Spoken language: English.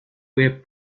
with